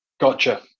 Gotcha